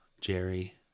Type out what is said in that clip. jerry